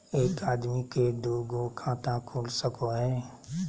एक आदमी के दू गो खाता खुल सको है?